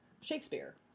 shakespeare